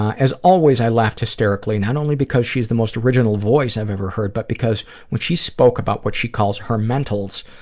as always, i laughed hysterically, not only because she has the most original voice i've ever heard, but because when she spoke about what she calls her mentals,